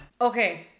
Okay